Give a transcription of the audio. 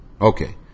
Okay